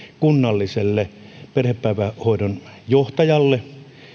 kunnalliselle perhepäivähoidon johtajalle